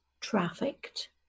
trafficked